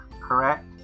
correct